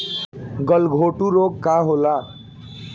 गलघोंटु रोग का होला?